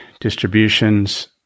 distributions